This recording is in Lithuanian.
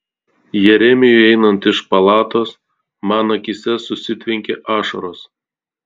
jeremijui einant iš palatos man akyse susitvenkė ašaros